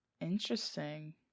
Interesting